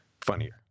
funnier